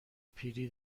پیری